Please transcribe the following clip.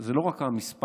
זה לא רק המספר